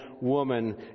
woman